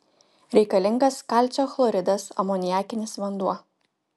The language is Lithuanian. reikalingas kalcio chloridas amoniakinis vanduo